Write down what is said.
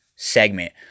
Segment